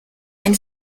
ein